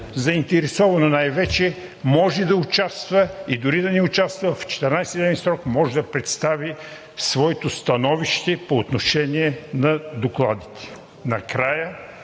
заинтересовано лице най-вече, може да участва и дори да не участва, в 14-дневен срок може да представи своето становище по отношение на докладите. Накрая